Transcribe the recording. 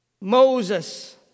Moses